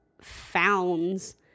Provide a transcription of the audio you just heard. founds